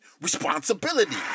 responsibility